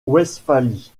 westphalie